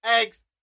Eggs